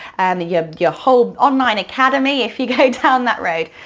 yeah your whole online academy if you go down that road,